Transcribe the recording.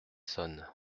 sonne